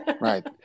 right